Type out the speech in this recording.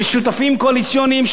לשותפים קואליציוניים,